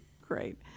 great